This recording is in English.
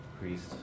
priest